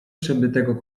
przebytego